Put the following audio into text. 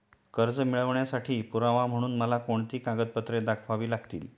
कर्ज मिळवण्यासाठी पुरावा म्हणून मला कोणती कागदपत्रे दाखवावी लागतील?